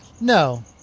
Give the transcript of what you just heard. No